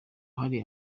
hari